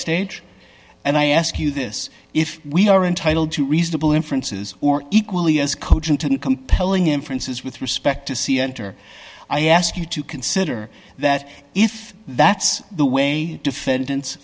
stage and i ask you this if we are entitled to reasonable inferences or equally as cogent and compelling inferences with respect to see enter i ask you to consider that if that's the way defendants